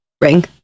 ring